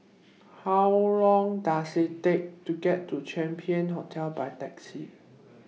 How Long Does IT Take to get to Champion Hotel By Taxi